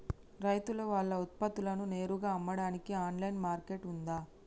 రైతులు వాళ్ల ఉత్పత్తులను నేరుగా అమ్మడానికి ఆన్లైన్ మార్కెట్ ఉందా?